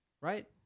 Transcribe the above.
Right